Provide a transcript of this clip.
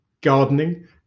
gardening